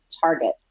Target